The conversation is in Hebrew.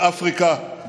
באפריקה,